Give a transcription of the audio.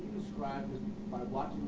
describe what